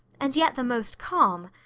and yet the most calm.